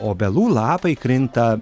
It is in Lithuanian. obelų lapai krinta